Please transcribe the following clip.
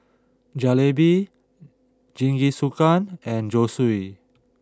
Jalebi Jingisukan and Zosui